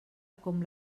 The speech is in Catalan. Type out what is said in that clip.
com